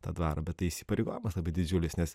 tą dvarą bet tai įsipareigojimas labai didžiulis nes